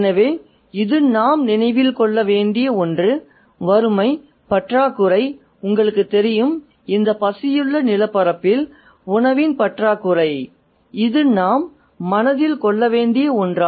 எனவே இது நாம் நினைவில் கொள்ள வேண்டிய ஒன்று வறுமை பற்றாக்குறை உங்களுக்குத் தெரியும் இந்த பசியுள்ள நிலப்பரப்பில் உணவின் பற்றாக்குறை இது நாம் மனதில் கொள்ள வேண்டிய ஒன்று